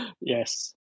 Yes